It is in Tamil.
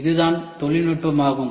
இதுதான் தொழில்நுட்பம் ஆகும்